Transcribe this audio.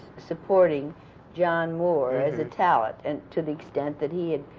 supporting john moore as a talent, and to the extent that he had,